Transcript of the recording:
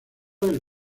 del